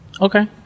Okay